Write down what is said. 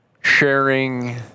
sharing